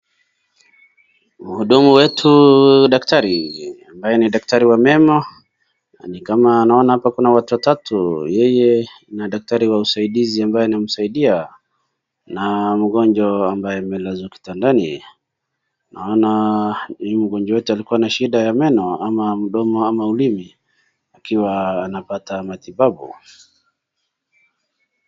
Mhudumu wetu daktari ambaye ni daktari wa meno na nikama hapa naona kuna watu watatu yeye na daktari wa usaidizi ambaye anamsaidia na mgonjwa ambaye amelazwa kitandani . Naona huyu mgonjwa wetu alikuwa na shida ya meno ama mdomo ama ulimi akiwa anapata matibabu.